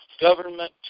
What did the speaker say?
government